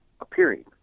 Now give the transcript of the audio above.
appearing